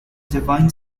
divine